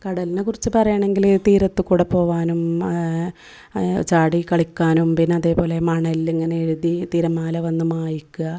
കടലിനെ കുറിച്ച് പറയുവാണെങ്കിൽ തീരത്തുകൂടെ പോവാനും ചാടിക്കളിക്കാനും പിന്നെ അതേപോലെ മണലിൽ ഇങ്ങനെ എഴുതി തിരമാല വന്ന് മായ്ക്കുക